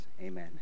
Amen